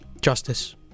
Justice